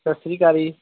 ਸਤਿ ਸ਼੍ਰੀ ਅਕਾਲ ਜੀ